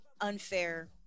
unfair